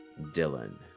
Dylan